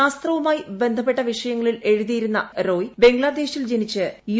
ശാസ്ത്രവുമായി ബന്ധപ്പെട്ട വിഷയങ്ങളിൽ എഴുതിയിരുന്ന റോയ് ബംഗ്ലാദേശിൽ ജനിച്ച് യു